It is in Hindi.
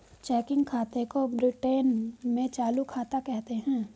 चेकिंग खाते को ब्रिटैन में चालू खाता कहते हैं